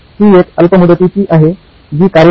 ही एक अल्प मुदतीची आहे जी कार्य करते